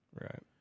Right